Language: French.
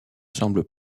semble